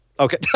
Okay